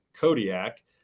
Kodiak